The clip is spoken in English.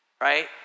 right